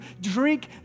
drink